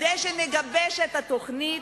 כדי שנגבש את התוכנית,